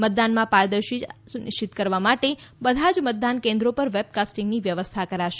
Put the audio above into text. મતદાનમાં પારદર્શિતા સુનિશ્ચિત કરવા માટે બધા જ મતદાન કેન્દ્રો પર વેબકાસ્ટીંગની વ્યવસ્થા કરાશે